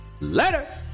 Later